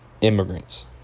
Immigrants